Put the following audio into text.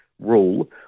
rule